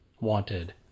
wanted